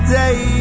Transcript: day